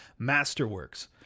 Masterworks